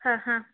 ಹಾಂ ಹಾಂ